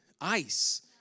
Ice